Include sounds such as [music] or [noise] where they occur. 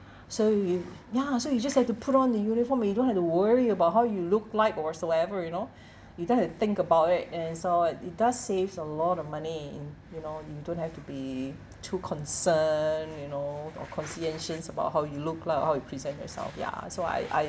[breath] so you ya so you just have to put on the uniform you don't have to worry about how you look like or whatsoever you know [breath] you don't think about it and so it it does saves a lot of money in you know you don't have to be too concerned you know or conscientious about how you look lah how you present yourself ya so I I